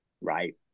Right